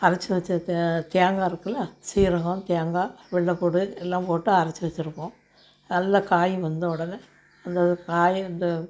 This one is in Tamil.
அரைச்சி வச்ச தே தேங்காய் இருக்குதுல சீரகம் தேங்காய் வெள்ள பூண்டு எல்லாம் போட்டு அரைச்சி வச்சிருப்போம் நல்லா காயும் வெந்த உடனே அந்த காயும் வெந்த